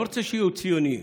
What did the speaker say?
לא רוצה שיהיו ציונים,